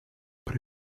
при